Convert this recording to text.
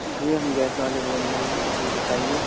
جی ہم گیس والے بول رہے ہیں جی بتائیے